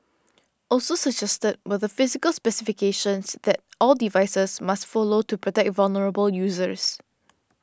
also suggested were the physical specifications that all devices must follow to protect vulnerable users